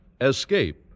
Escape